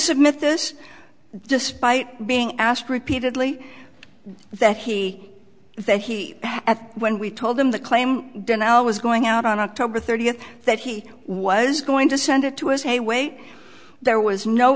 submit this despite being asked repeatedly that he that he when we told him the claim deny all was going out on october thirtieth that he was going to send it to us a way there was no